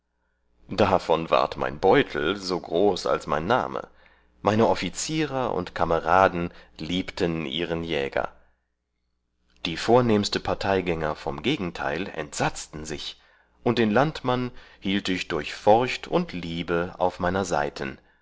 davon ward mein beutel so groß als mein name meine offizierer und kameraden liebten ihren jäger die vornehmste parteigänger vom gegenteil entsatzten sich und den landmann hielt ich durch forcht und liebe auf meiner seiten